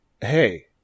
Hey